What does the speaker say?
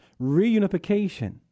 reunification